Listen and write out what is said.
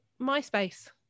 myspace